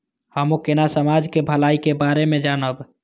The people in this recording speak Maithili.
हमू केना समाज के भलाई के बारे में जानब?